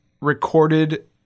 recorded